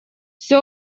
все